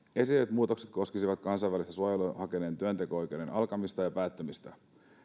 muutokset koskisivat kansainvälistä suojelua hakeneen työnteko oikeuden alkamista ja päättymistä